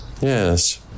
Yes